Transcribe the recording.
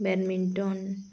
badminton